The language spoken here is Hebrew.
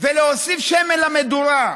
ולהוסיף שמן למדורה.